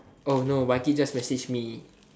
oh no just message me